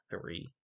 three